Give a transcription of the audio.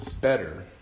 better